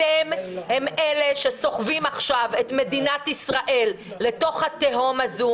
אתם אלה שסוחבים עכשיו את מדינת ישראל לתוך התהום הזו,